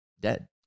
dead